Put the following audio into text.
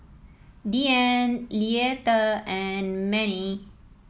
Deann Leatha and Mannie